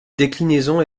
déclinaison